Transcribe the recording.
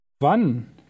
Wann